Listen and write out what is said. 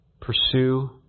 pursue